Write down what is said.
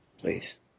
please